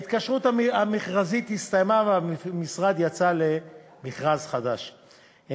ההתקשרות המכרזית הסתיימה והמשרד יצא למכרז חדש,